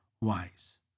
wise